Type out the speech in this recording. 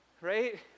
right